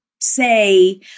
say